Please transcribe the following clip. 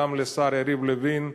גם לשר יריב לוין,